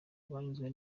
banyuzwe